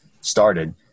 started